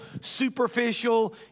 superficial